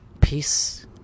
peace